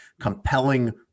compelling